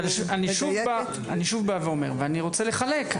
אני שוב אומר ואני רוצה לחלק,